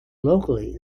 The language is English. locally